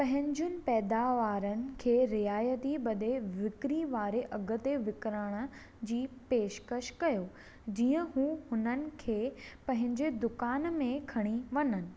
पंहिंजूंनि पैदावारुनि खे रियायती ॿधे विकरी वारे अघु ते विकिरिण जी पेशकश कयो जीअं हू हुननि खे पंहिंजे दुकान में खणी वञनि